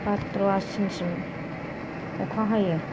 भाद्र' आसिनसिम अखा हायो